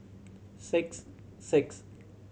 six six